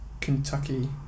Kentucky